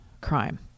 crime